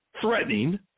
threatening